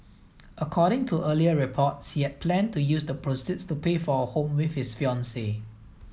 according to earlier reports he had planned to use the proceeds to pay for a home with his fiancee